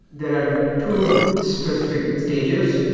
there are two specific stages.